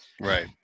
right